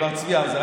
מר צבי האוזר,